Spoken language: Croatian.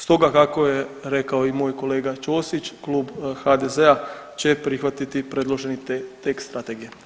Stoga kako je rekao i moj kolega Ćosić klub HDZ-a će prihvatiti predloženi tekst strategije.